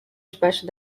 debaixo